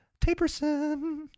Taperson